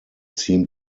seemed